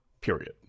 Period